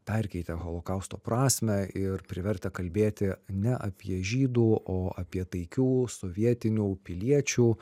perkeitę holokausto prasmę ir privertę kalbėti ne apie žydų o apie taikių sovietinių piliečių